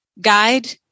Guide